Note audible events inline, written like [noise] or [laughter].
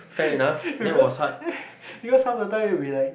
[laughs] because because half the time you will be like